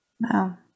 Wow